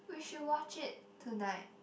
we should watch it tonight